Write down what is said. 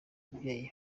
ababyeyi